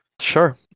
Sure